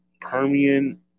Permian